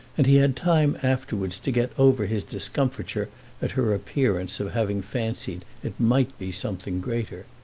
and he had time afterwards to get over his discomfiture at her appearance of having fancied it might be something greater.